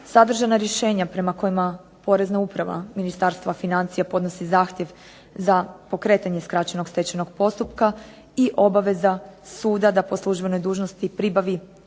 Sadržana rješenja prema kojima Porezna uprava Ministarstva financija podnosi zahtjev za pokretanje skraćenog stečajnog postupka i obaveza suda da po službenoj dužnosti pribavi